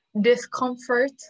discomfort